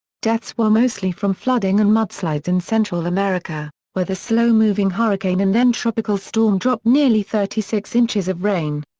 deaths were mostly from flooding and mudslides in central america, where the slow-moving hurricane and then tropical storm dropped nearly thirty six inches of rain.